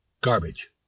Garbage